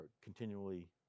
continually